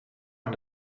aan